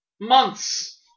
months